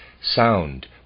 sound